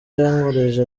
yankurije